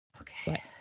Okay